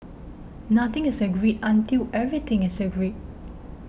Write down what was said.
nothing is agreed until everything is agreed